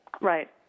Right